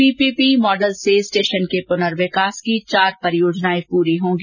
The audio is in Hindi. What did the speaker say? पीपीपी मॉडल से स्टेशन के पुनर्विकास की चार परियोजनाएं पूरी होगी